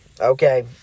Okay